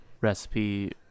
recipe